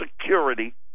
Security